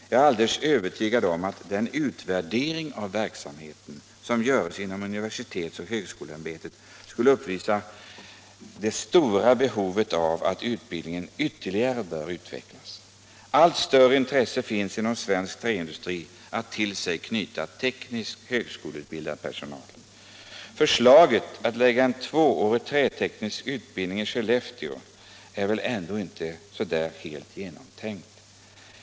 Jag är alldeles övertygad om att den utvärdering av verksamheten som görs inom universitetsoch högskoleämbetet kommer att uppvisa det stora behovet av att utbildningen ytterligare utvecklas. Allt större intresse finns inom svensk träindustri att till sig knyta tekniskt högskoleutbildad personal. Förslaget att lägga en tvåårig träteknisk utbildning i Skellefteå är väl ändå inte helt genomtänkt.